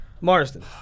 Marsden